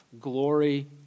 glory